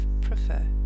prefer